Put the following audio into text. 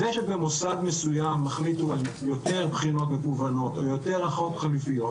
זה שבמוסד מסוים החליטו על יותר בחינות מקוונות או יותר הערכות חליפיות,